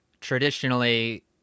traditionally